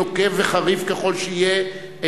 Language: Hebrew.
נוקב וחריף ככל שיהיה,